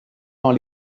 dans